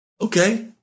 Okay